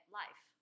life